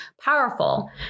powerful